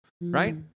right